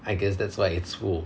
I guess that's why it's full